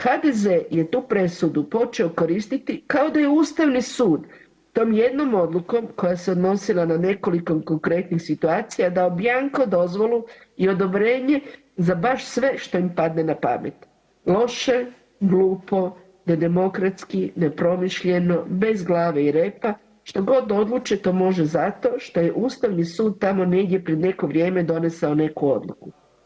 HDZ-e je presudu počeo koristiti kao da je Ustavni sud tom jednom odlukom koja se odnosila na nekoliko konkretnih situacija dao bjanko dozvolu i odobrenje za baš sve što im padne na pamet, loše, glupo, nedemokratski, nepromišljeno, bez glave i repa, što god odluče to može zato što je Ustavni sud tamo negdje pred neko vrijeme donesao neku odluku.